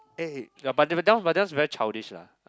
eh ya but that one but that one's very childish lah